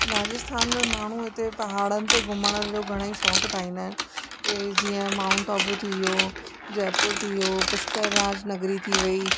राजस्थान में माण्हू हिते पहाड़नि ते घुमण जो घणेई शौक़ु ठाहींदा आहिनि की जीअं माउंट आबू थी वियो जयपुर थी वियो पुष्कर राज नगरी थी वेई